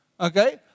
okay